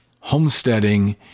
homesteading